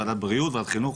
וועדת חינוך,